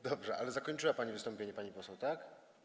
Dobrze, ale zakończyła pani wystąpienie, pani poseł, tak?